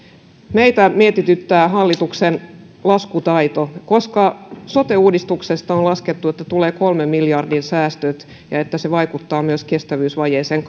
meitä mietityttää hallituksen laskutaito sote uudistuksesta on laskettu että tulee kolmen miljardin säästöt ja että se vaikuttaa myös kestävyysvajeeseen